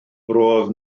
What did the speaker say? roedd